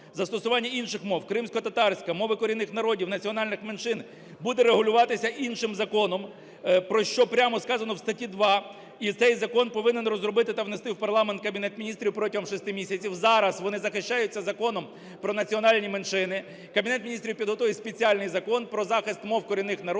Застосування інших мов: кримськотатарська, мови корінних народів, національних меншин – буде регулюватися іншим законом, про що прямо сказано в статті 2, і цей закон повинен розробити та внести в парламент Кабінет Міністрів протягом 6 місяців. Зараз вони захищаються Законом про національні меншини. Кабінет Міністрів підготує спеціальний закон про захист мов корінних народів,